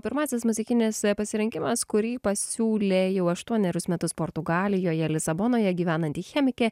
pirmasis muzikinis pasirinkimas kurį pasiūlė jau aštuonerius metus portugalijoje lisabonoje gyvenanti chemikė